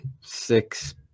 six